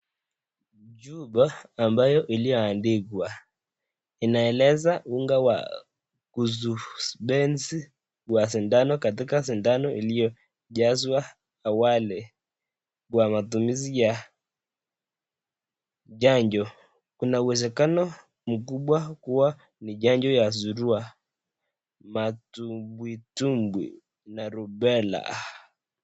Jumba ambayo iliyoandikwa inaeleza unga wa ubenzi wa sindano katika sindano iliyojazwa awali, kwa matumizi ya chanjo, kuna uwezekano kuwa ni chanjo ya surua matumbwitumbwi na rubela.